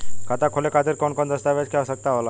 खाता खोले खातिर कौन कौन दस्तावेज के आवश्यक होला?